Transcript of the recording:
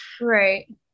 Right